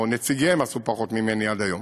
או נציגיהם עשו פחות ממני עד היום,